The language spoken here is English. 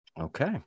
Okay